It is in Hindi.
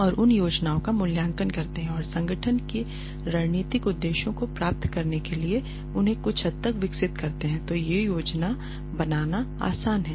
और उन योजनाओं का मूल्यांकन करते हैं और संगठन के रणनीतिक उद्देश्यों को प्राप्त करने के लिए उन्हें कुछ हद तक विकसित करते हैं तो यह योजना बनाना आसान है